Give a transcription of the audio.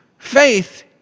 Faith